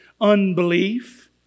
unbelief